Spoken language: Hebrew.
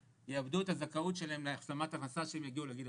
יאבדו את הזכאות שלהם להשלמת הכנסה כשהם יגיעו לגיל הפרישה.